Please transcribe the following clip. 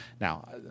Now